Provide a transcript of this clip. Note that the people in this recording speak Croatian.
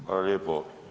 Hvala lijepo.